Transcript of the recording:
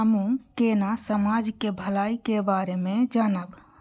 हमू केना समाज के भलाई के बारे में जानब?